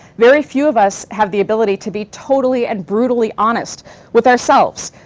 very few of us have the ability to be totally and brutally honest with ourselves.